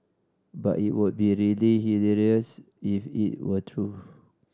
but it would be really hilarious if it were true